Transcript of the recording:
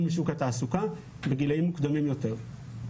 משוק התעסוקה בגילאים מוקדמים יותר.